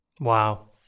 Wow